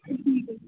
ठीक आहे